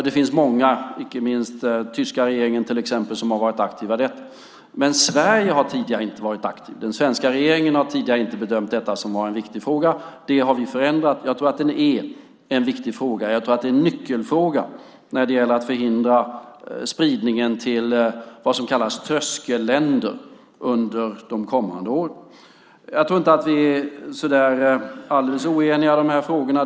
Det finns många som har varit aktiva i detta, inte minst till exempel den tyska regeringen. Men Sverige har tidigare inte varit aktivt. Den svenska regeringen har tidigare inte bedömt detta som en viktig fråga. Det har vi förändrat. Jag tror att den är en viktig fråga, en nyckelfråga, för att förhindra spridningen till så kallade tröskelländer under de kommande åren. Jag tror inte att vi är alldeles oeniga i de här frågorna.